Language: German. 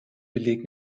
beleg